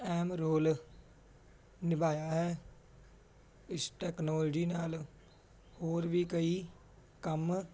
ਅਹਿਮ ਰੋਲ ਨਿਭਾਇਆ ਹੈ ਇਸ ਟੈਕਨੋਲਜੀ ਨਾਲ ਹੋਰ ਵੀ ਕਈ ਕੰਮ